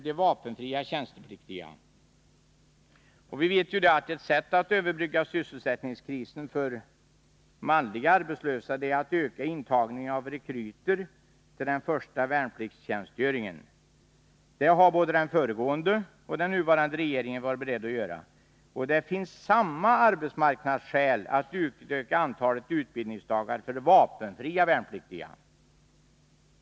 Ett sätt att överbrygga sysselsättningskrisen för manliga arbetslösa är att öka intagningen av rekryter till den första värnpliktstjänstgöringen. Det har både den föregående och den nuvarande regeringen varit beredda att göra. Och det finns samma arbetsmarknadsskäl för att utöka antalet utbildningsdagar för vapenfria värnpliktiga.